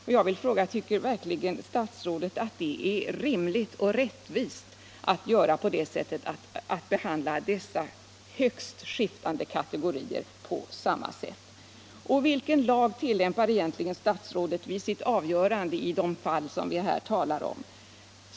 Tycker verkligen statsrådet att det är rimligt och rättvist att behandla dessa högst skiftande kategorier på samma sätt? Vilken lag tillämpar egentligen statsrådet vid sitt avgörande i de fall vi här talar om?